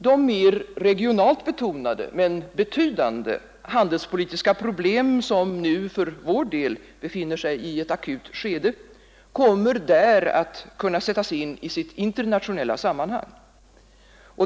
De mer regionalt betonade, men betydande handelspolitiska problem som nu för vår del befinner sig i ett akut skede, kommer där att kunna sättas in i sitt internationella sammanhang.